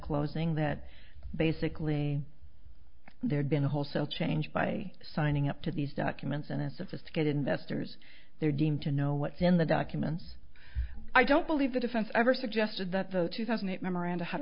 closing that basically there's been a wholesale change by signing up to these documents in a sophisticated investors they're deemed to know what's in the documents i don't believe the defense ever suggested that the two thousand and eight memoranda h